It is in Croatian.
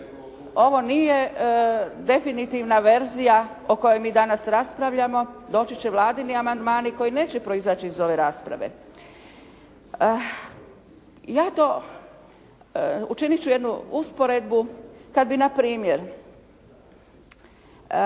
ovo nije definitivna verzija o kojoj mi danas raspravljamo. Doći će vladini amandmani koji neće proizaći iz ove rasprave. Učinit ću jednu usporedbu kada bi npr.